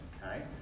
Okay